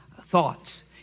thoughts